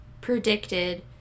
predicted